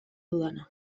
dudana